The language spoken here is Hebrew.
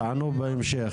תענו בהמשך,